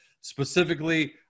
Specifically